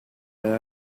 now